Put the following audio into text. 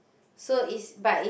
so it's but it's